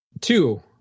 two